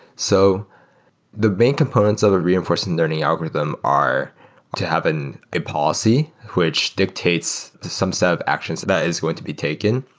so the main components of a reinforcement learning algorithm are to have and a policy, which dictates some set of actions that is going to be taken.